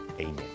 Amen